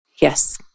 Yes